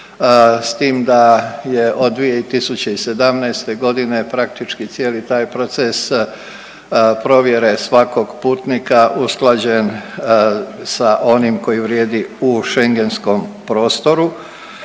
s tim da je od 2017.g. praktički cijeli taj proces provjere svakog putnika usklađen sa onim koji vrijedi u schengenskom prostoru.